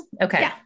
Okay